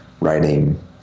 writing